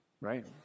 Right